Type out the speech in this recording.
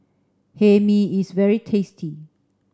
Hae Mee is very tasty